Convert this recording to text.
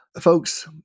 folks